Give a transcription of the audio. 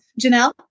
Janelle